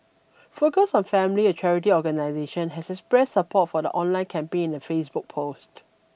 focus on family a charity organisation has expressed support for the online campaign in a Facebook post